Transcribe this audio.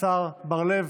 השר בר לב,